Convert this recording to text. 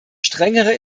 strengere